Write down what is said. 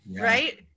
Right